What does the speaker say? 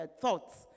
thoughts